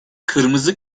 kırmızı